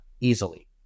easily